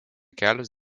kelios